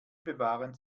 bewahren